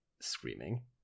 screaming